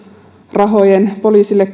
rahojen kohdentamisella poliisille